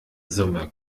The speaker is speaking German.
summe